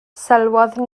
sylwodd